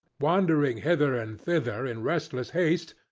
wandering hither and thither in restless haste,